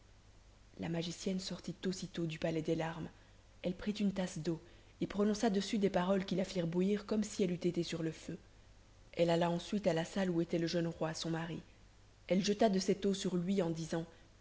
la magicienne sortit aussitôt du palais des larmes elle prit une tasse d'eau et prononça dessus des paroles qui la firent bouillir comme si elle eût été sur le feu elle alla ensuite à la salle où était le jeune roi son mari elle jeta de cette eau sur lui en disant